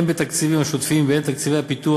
הן בתקציבים השוטפים והן בתקציבי פיתוח,